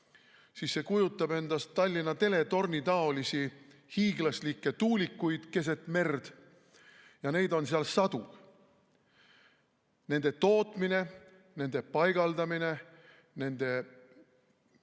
et see kujutab endast Tallinna Teletorni taolisi hiiglaslikke tuulikuid keset merd. Ja neid on seal sadu. Nende tootmine, nende paigaldamine, nende